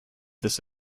this